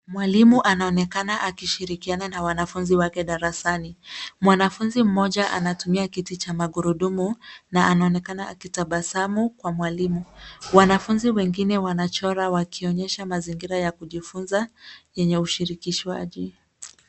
Mwalimu anaonekana akishirikiana na wanafunzi wake darasani. Mwanafunzi mmoja anatumia kiti cha magurudumu na anaonekana akitabasamu kwa mwalimu. Wanafunzi wengine wanachora wakionyesha mazingira ya kujifunza yenye ushirikishwaji.